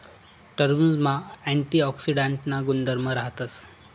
टरबुजमा अँटीऑक्सीडांटना गुणधर्म राहतस